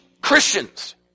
Christians